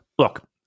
Look